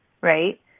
right